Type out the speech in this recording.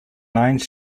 nine